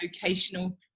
vocational